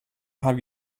have